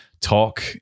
talk